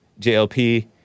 JLP